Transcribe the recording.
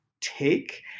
take